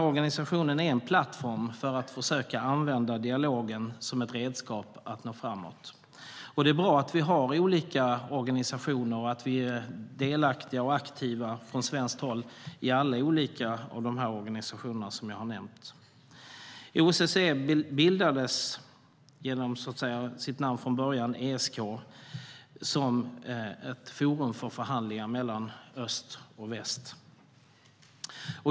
Organisationen är en plattform för att försöka använda dialogen som ett redskap att nå framåt. Det är bra att det finns olika organisationer och att Sverige är delaktigt och aktivt i alla organisationerna. OSSE bildades genom sitt namn från början - ESK - som ett forum för förhandlingar mellan öst och väst.